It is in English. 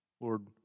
Lord